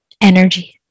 energy